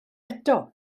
eto